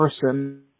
person